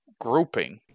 grouping